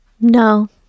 No